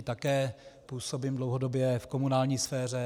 Také působím dlouhodobě v komunální sféře.